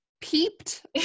peeped